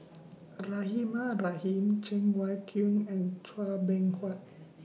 Rahimah Rahim Cheng Wai Keung and Chua Beng Huat